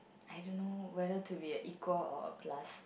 I don't know whether to be a equal or a plus